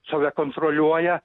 save kontroliuoja